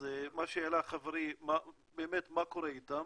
אז מה שהעלה חברי, באמת מה קורה איתם,